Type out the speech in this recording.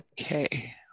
Okay